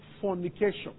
fornication